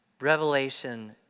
revelation